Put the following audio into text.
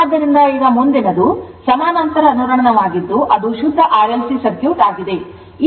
ಆದ್ದರಿಂದ ಈಗ ಮುಂದಿನದು ಸಮಾನಾಂತರ ಅನುರಣನವಾಗಿದ್ದು ಅದು ಶುದ್ಧ RLC ಸರ್ಕ್ಯೂಟ್ ಆಗಿದೆ